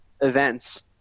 events